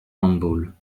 handball